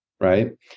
right